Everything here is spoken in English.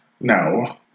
No